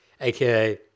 aka